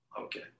Okay